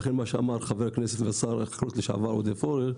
לכן מה שאמר חבר הכנסת והשר לשעבר עודד פורר,